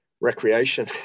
recreation